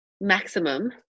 maximum